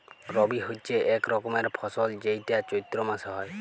রবি হচ্যে এক রকমের ফসল যেইটা চৈত্র মাসে হ্যয়